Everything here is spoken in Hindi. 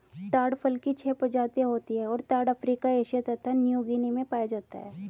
ताड़ फल की छह प्रजातियाँ होती हैं और ताड़ अफ्रीका एशिया तथा न्यूगीनी में पाया जाता है